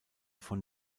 von